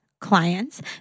clients